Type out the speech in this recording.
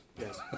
yes